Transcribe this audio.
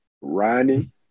Ronnie